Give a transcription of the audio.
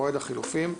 מועד החילופים,